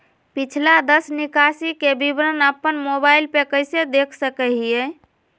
पिछला दस निकासी के विवरण अपन मोबाईल पे कैसे देख सके हियई?